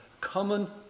common